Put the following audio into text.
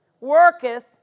worketh